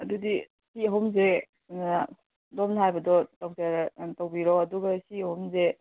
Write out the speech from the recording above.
ꯑꯗꯨꯗꯤ ꯁꯤ ꯑꯍꯨꯝꯁꯦ ꯑꯥ ꯑꯗꯣꯝꯅ ꯍꯥꯏꯕꯗꯣ ꯇꯧꯕꯤꯔꯣ ꯑꯗꯨꯒ ꯁꯤ ꯑꯍꯨꯝꯁꯦ